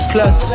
Plus